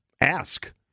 ask